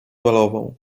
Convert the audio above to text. balową